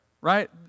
Right